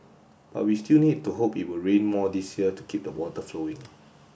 but we still need to hope it will rain more this year to keep the water flowing